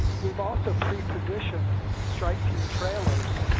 we've also prepositioned strike team trailers,